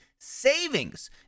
savings